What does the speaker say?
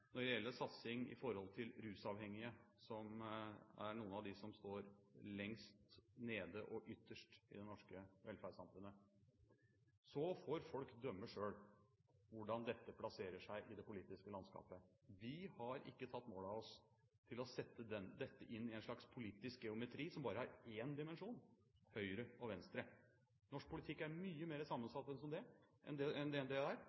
når det gjelder satsing på rusavhengige, som er noen av dem som står lengst nede og ytterst i det norske velferdssamfunnet. Så får folk selv dømme hvordan dette plasserer seg i det politiske landskapet. Vi har ikke tatt mål av oss til å sette dette inn i en slags politisk geometri som bare har én dimensjon – høyre og venstre. Norsk politikk er mye mer sammensatt enn det. Dette er